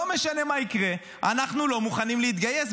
לא משנה מה יקרה, אנחנו לא מוכנים להתגייס.